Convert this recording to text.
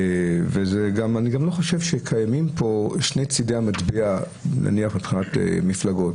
ואני גם לא חושב שקיימים פה שני צדי המטבע מבחינת מפלגות.